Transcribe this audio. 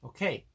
Okay